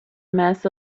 mess